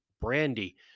brandy